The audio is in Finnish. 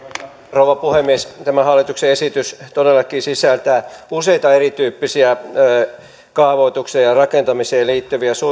rouva puhemies tämä hallituksen esitys todellakin sisältää useita erityyppisiä kaavoitukseen ja rakentamiseen liittyviä